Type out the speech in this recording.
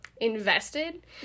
invested